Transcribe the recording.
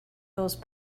those